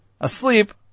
asleep